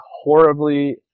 horribly